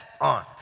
on